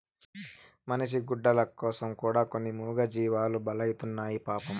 మనిషి గుడ్డల కోసం కూడా కొన్ని మూగజీవాలు బలైతున్నాయి పాపం